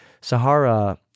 sahara